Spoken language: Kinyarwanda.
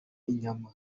inyama